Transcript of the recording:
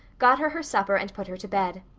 got her her supper and put her to bed.